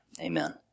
Amen